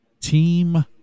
Team